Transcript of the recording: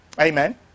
Amen